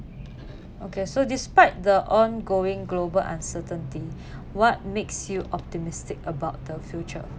okay so despite the ongoing global uncertainty what makes you optimistic about the future